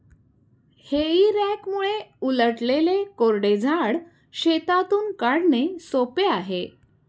हेई रॅकमुळे उलटलेले कोरडे झाड शेतातून काढणे सोपे आहे